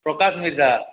Prakash Mirza